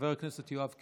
חבר הכנסת יואב קיש.